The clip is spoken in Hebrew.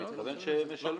הוא מתכוון שמשלמים.